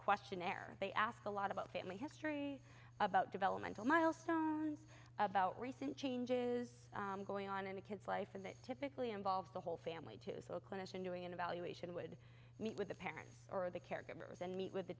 questionnaire they ask a lot about family history about developmental milestones about recent changes going on in a kid's life and that typically involves the whole family too so a clinician doing an evaluation would meet with the parents or the caregivers and meet with